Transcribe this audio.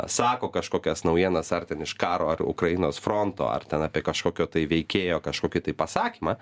sako kažkokias naujienas ar ten iš karo ar ukrainos fronto ar ten apie kažkokio tai veikėjo kažkokį tai pasakymą